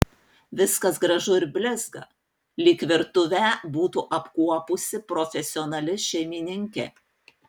viskas gražu ir blizga lyg virtuvę būtų apkuopusi profesionali šeimininkė